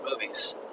movies